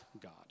God